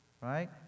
right